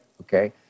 Okay